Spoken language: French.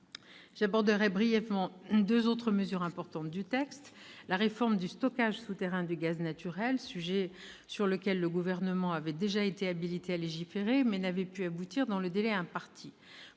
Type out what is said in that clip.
J'aborderai brièvement deux autres mesures importantes du texte. La première est la réforme du stockage souterrain du gaz naturel, sujet sur lequel le Gouvernement avait déjà été habilité à légiférer, mais n'avait pu aboutir dans le délai imparti.